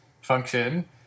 function